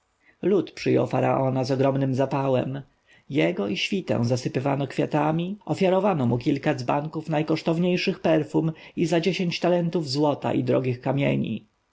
lud przyjął faraona z ogromnym zapałem jego i świtę zasypywano kwiatami ofiarowano mu kilka dzbanków najkosztowniejszych perfum i za dziesięć talentów złota i drogich kamieni